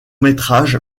métrage